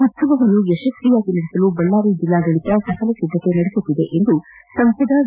ಉತ್ಸವವನ್ನು ಯಶಸ್ವಿಯಾಗಿ ನಡೆಸಲು ಬಳ್ಳಾರಿ ಜಿಲ್ಲಾಡಳಿತ ಸಕಲ ಸಿದ್ದತೆ ನಡೆಸುತ್ತಿದೆ ಎಂದು ಸಂಸದ ವಿ